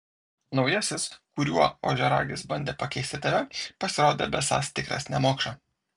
naujasis kuriuo ožiaragis bandė pakeisti tave pasirodė besąs tikras nemokša